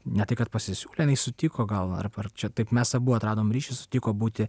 ne tai kad pasisiūlė jinai sutiko gal ar čia taip mes abu atradome ryšį sutiko būti